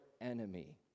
enemy